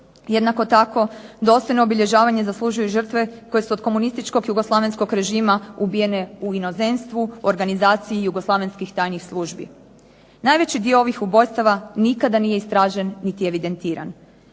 Jednako tako dostojno obilježavanje zaslužuju i žrtve koje su od komunističkog jugoslavenskog režima ubijene u inozemstvu i organizaciji jugoslavenskih tajnih službi. Najveći dio ovih ubojstava nikada nije istražen niti evidentiran.